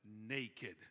naked